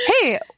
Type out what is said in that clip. Hey